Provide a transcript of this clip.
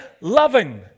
loving